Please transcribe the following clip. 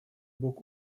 бок